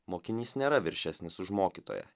mokinys nėra viršesnis už mokytoją